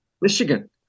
Michigan